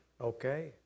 okay